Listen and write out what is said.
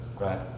right